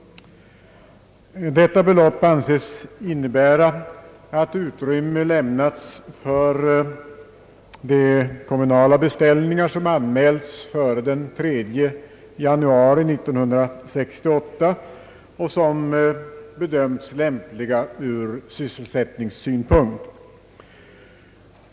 Detta belopp anses innebära att utrymme lämnas för samtliga de kommunala beställningar som anmälts före den 3 januari 1968 och som bedömts lämpliga ur sysselsättningssynpunkt.